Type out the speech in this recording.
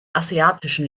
asiatischen